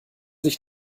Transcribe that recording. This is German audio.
sich